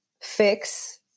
fix